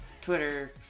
twitter